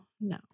no